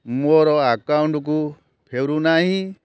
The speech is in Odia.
ମୋର ଆକାଉଣ୍ଟ୍କୁ ଫେରୁ ନାହିଁ